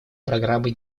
программы